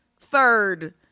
third